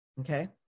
Okay